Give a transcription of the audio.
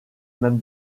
même